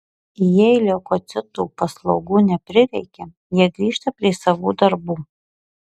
jei leukocitų paslaugų neprireikia jie grįžta prie savų darbų